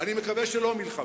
אני מקווה שלא מלחמה,